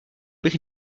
bych